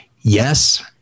yes